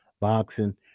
boxing